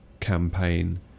campaign